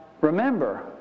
remember